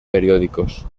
periódicos